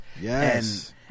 Yes